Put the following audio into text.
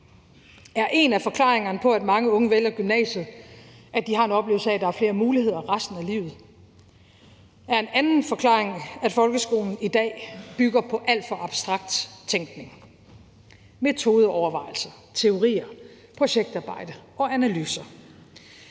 Er en af forklaringerne på, at mange unge vælger gymnasiet, at de har en oplevelse af, at der er flere muligheder resten af livet? Er en anden forklaring, at folkeskolen i dag bygger på alt for abstrakt tænkning – metodeovervejelser, teorier, projektarbejde og analyser?